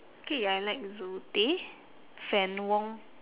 okay I like zoe tay fann wong